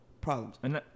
problems